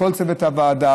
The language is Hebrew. לכל צוות הוועדה,